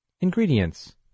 Ingredients